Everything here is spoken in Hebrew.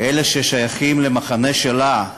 אלה ששייכים למחנה שלה,